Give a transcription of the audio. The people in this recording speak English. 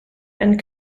and